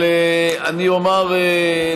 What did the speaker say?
אני אומר,